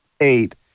eight